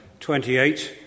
28